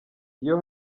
iyo